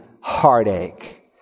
heartache